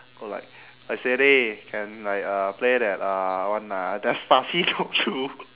go like !oi! siri can like uh play that uh one ah despacito two